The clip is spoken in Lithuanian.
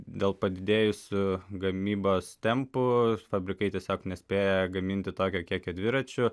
dėl padidėjusių gamybos tempų fabrikai tiesiog nespėja gaminti tokio kiekio dviračių